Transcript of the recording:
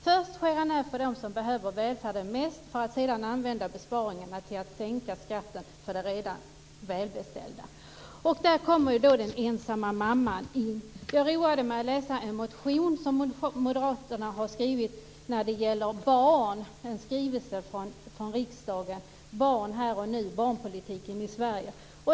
Först skär man ned för dem som behöver välfärden mest för att sedan använda besparingarna till att sänka skatten för de redan välbeställda. Där kommer den ensamma mamman in. Jag roade mig med att läsa en motion som moderaterna har skrivit om barn. Det är en skrivelse från riksdagen med rubriken Barn här och nu, barnpolitiken i Sverige.